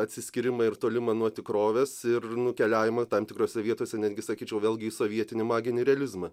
atsiskyrimą ir tolimą nuo tikrovės ir nukeliavimą tam tikrose vietose netgi sakyčiau vėlgi į sovietinį maginį realizmą